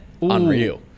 Unreal